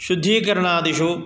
शुद्धीकरणादिषु